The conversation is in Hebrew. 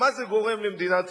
מה זה גורם למדינת ישראל,